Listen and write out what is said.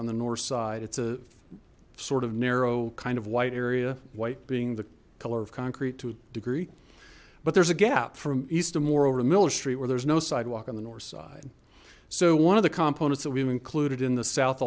on the north side it's a sort of narrow kind of white area white being the color of concrete to a degree but there's a gap from east and moreover to miller street where there's no sidewalk on the north side so one of the components that we've included in the south